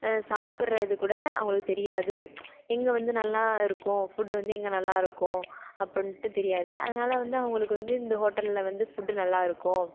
சாப்பிட்றது கூட அவங்களுக்கு தெரியாது எங்க வந்து நல்லா இருக்கும் ஃபுட்டு வந்து இங்கே நல்லா இருக்கும் அப்புடின்ட்டு தெரியாது அதனால வந்து அவங்களுக்கு வந்து இந்த ஹோட்டல்ல வந்து ஃபுட்டு நல்லா இருக்கும்